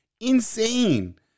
insane